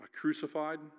crucified